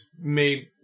made